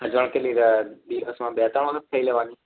અજવણ કેટલી દિવસમાં બે ત્રણ વખત ખાઈ લેવાની